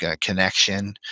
connection